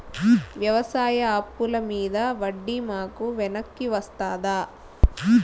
వ్యవసాయ అప్పుల మీద వడ్డీ మాకు వెనక్కి వస్తదా?